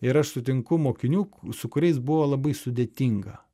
ir aš sutinku mokinių su kuriais buvo labai sudėtinga